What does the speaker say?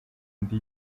ndi